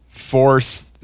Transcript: force